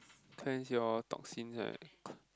cleanse your toxins right